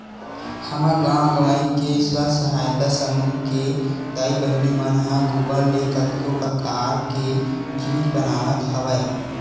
हमर गाँव गंवई के स्व सहायता समूह के दाई बहिनी मन ह गोबर ले कतको परकार के जिनिस बनावत हवय